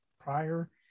prior